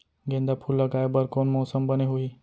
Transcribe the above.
गेंदा फूल लगाए बर कोन मौसम बने होही?